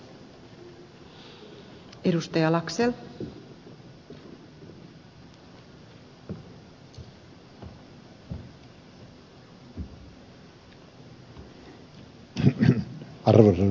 arvoisa rouva puhemies